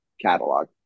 catalog